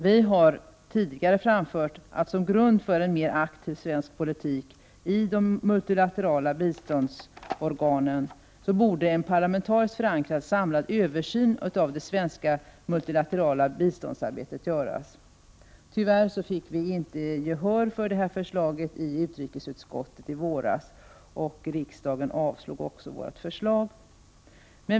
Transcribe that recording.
Vi har tidigare framfört att som grund för en mer aktiv svensk politik i de multilaterala biståndsorganen borde en parlamentariskt förankrad, samlad översyn av det svenska multilaterala biståndsarbetet göras. Tyvärr fick vi inte gehör för det förslaget i utrikesutskottet i våras, och riksdagen avslog också vårt förslag.